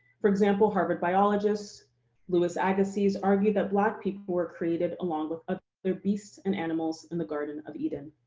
for example, harvard biologist louis agassiz argued that black people were created along with ah other beasts and animals in the garden of eden.